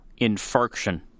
infarction